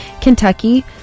Kentucky